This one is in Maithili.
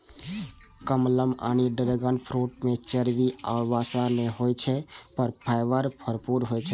कमलम यानी ड्रैगन फ्रूट मे चर्बी या वसा नै होइ छै, पर फाइबर भरपूर होइ छै